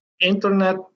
Internet